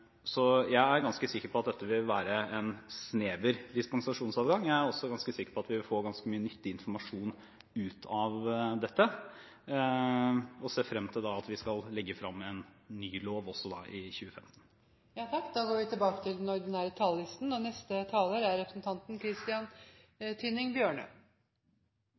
Så jeg er ganske sikker på at dette vil være en snever dispensasjonsadgang. Jeg er også ganske sikker på at vi vil få ganske mye nyttig informasjon ut av dette, og ser frem til at vi skal legge frem en ny lov i 2015. Replikkordskiftet er omme. Det legges i dag opp til at vi